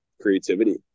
creativity